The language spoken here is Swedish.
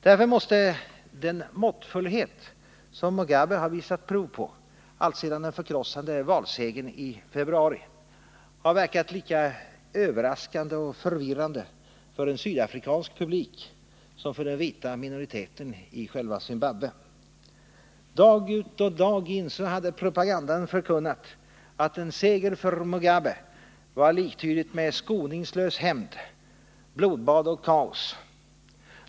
Därför måste den måttfullhet som Mugabe visat prov på alltsedan den förkrossande valsegern i februari ha verkat lika överraskande och förvirrande för en sydafrikansk publik som för den vita minoriteten i själva Zimbabwe. Dag ut och dag in hade propagandan förkunnat att en seger för Mugabe var liktydigt med skoningslös hämnd, blodbad och kaos.